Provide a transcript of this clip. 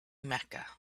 mecca